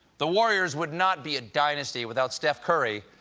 the warriors would not be a dynasty without steph curry,